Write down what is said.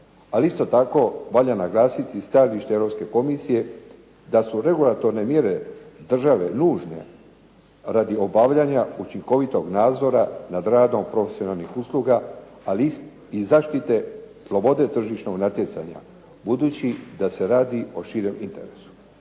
ali isto tako valja naglasiti i stajalište Europske komisije da su regulaturne mjere države nužne radi obavljanja učinkovitog nadzora nad radom profesionalnih usluga, ali i zaštite slobode tržišnog natjecanja budući da se radi o širem interesu.